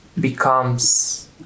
becomes